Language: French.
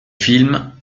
film